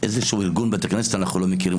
איזשהו ארגון בתי כנסת, אנחנו לא מכירים.